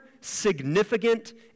significant